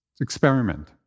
experiment